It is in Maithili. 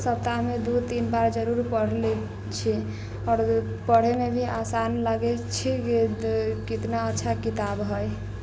सप्ताहमे दू तीन बार जरूर पढ़ि लैत छियै आओर पढ़यमे भी आसान लागै छै जे कितना अच्छा किताब हइ